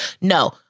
no